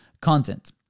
content